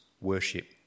worship